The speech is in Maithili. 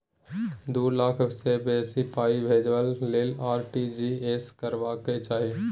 दु लाख सँ बेसी पाइ भेजबाक लेल आर.टी.जी एस करबाक चाही